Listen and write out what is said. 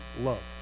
love